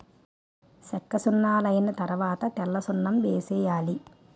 సెక్కసున్నలైన తరవాత తెల్లసున్నం వేసేయాలి